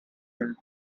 guilt